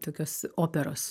tokios operos